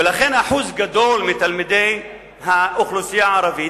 ולכן אחוז גדול מתלמידי האוכלוסייה הערבית